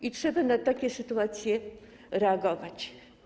I trzeba na takie sytuacje reagować.